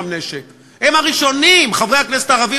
אפשר להתווכח אתך עד עשר,